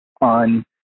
on